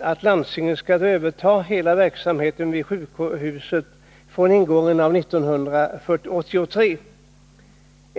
att landstinget skall överta hela verksamheten vid sjukhuset från ingången av 1983 som har slutits mellan staten och landstingets förhandlare.